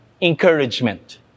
encouragement